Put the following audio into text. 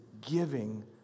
giving